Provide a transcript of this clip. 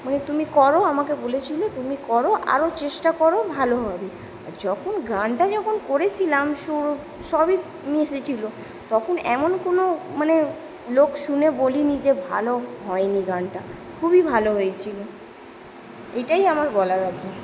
বলে তুমি করো আমাকে বলেছিলো তুমি করো আরও চেষ্টা করো ভালো হবে আর যখন গানটা যখন করেছিলাম সুর সবই মিশে ছিল তখন এমন কোনও মানে লোক শুনে বলে নি যে ভালো হয় নি গানটা খুবই ভালো হয়েছিলো এইটাই আমার বলার আছে